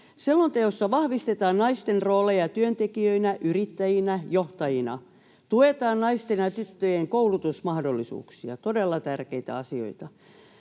Selonteossa ”vahvistetaan naisten rooleja työntekijöinä, yrittäjinä ja johtajina, tuetaan naisten ja tyttöjen koulutusmahdollisuuksia” — todella tärkeitä asioita.